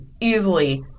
easily